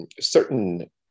certain